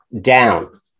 down